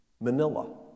Manila